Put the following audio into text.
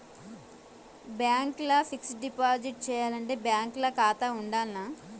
Bank ల fixed deposit చేయాలంటే bank ల ఖాతా ఉండాల్నా?